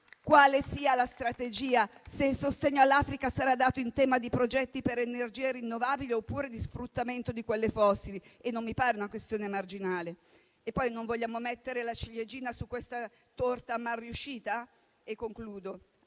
quale sia la strategia, se il sostegno all'Africa sarà dato in tema di progetti per energie rinnovabili, oppure di sfruttamento di quelle fossili: non mi pare una questione marginale. Poi, non vogliamo mettere la ciliegina su questa torta malriuscita? Parliamo